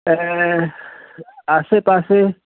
ऐं आसे पासे